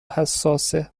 حساسه